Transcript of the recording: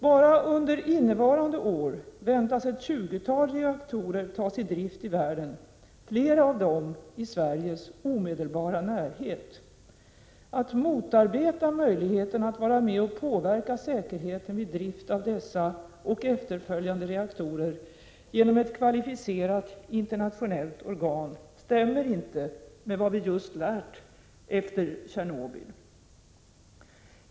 Bara under innevarande år väntas ett tjugotal reaktorer tas i drift i världen, flera av dem i Sveriges omedelbara närhet. Att motarbeta möjligheten att vara med och påverka säkerheten vid drift av dessa och efterföljande reaktorer genom ett kvalificerat internationellt organ stämmer inte med vad vi just lärt oss efter Tjernobyl.